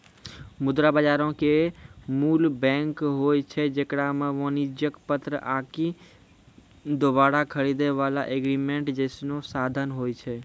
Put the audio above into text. मुद्रा बजारो के मूल बैंक होय छै जेकरा मे वाणिज्यक पत्र आकि दोबारा खरीदै बाला एग्रीमेंट जैसनो साधन होय छै